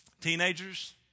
Teenagers